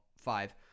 five –